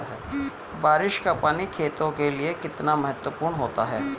बारिश का पानी खेतों के लिये कितना महत्वपूर्ण होता है?